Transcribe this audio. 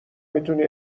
میتونی